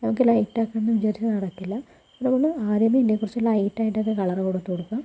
നമുക്ക് ലൈറ്റാക്കണെന്ന് വിചാരിച്ചാൽ നടക്കില്ല നമ്മള് ആദ്യമേ ഇതിനെ കുറച്ച് ലൈറ്റായിട്ടൊക്കെ കളറു കൊടുത്ത് കൊടുക്കുക